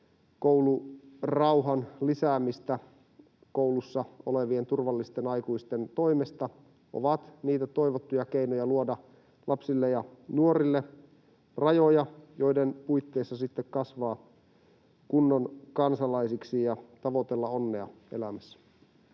koulurauhan lisäämistä koulussa olevien turvallisten aikuisten toimesta, ovat niitä toivottuja keinoja luoda lapsille ja nuorille rajoja, joiden puitteissa sitten kasvaa kunnon kansalaisiksi ja tavoitella onnea elämässä.